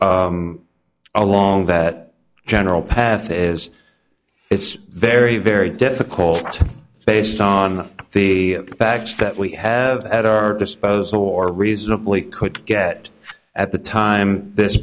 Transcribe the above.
along that general path is it's very very difficult based on the facts that we have at our disposal or reasonably could get at the time this